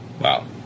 Wow